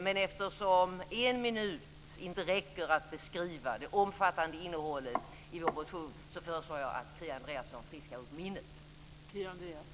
Men eftersom en minuts talartid inte räcker att beskriva det omfattande innehållet i vår motion föreslår jag att Kia Andreasson friskar upp minnet.